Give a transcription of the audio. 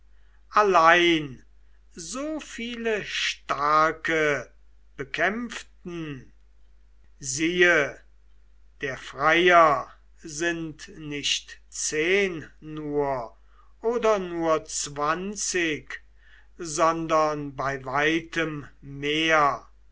allein so viele starke bekämpften siehe der freier sind nicht zehn nur oder nur zwanzig sondern bei weitem mehr